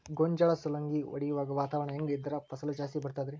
ಗೋಂಜಾಳ ಸುಲಂಗಿ ಹೊಡೆಯುವಾಗ ವಾತಾವರಣ ಹೆಂಗ್ ಇದ್ದರ ಫಸಲು ಜಾಸ್ತಿ ಬರತದ ರಿ?